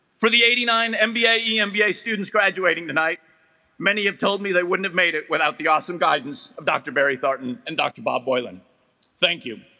for the eighty nine mba yeah emba students graduating tonight many have told me they wouldn't have made it without the awesome guidance of dr. barry thornton and dr. bob boylan thank you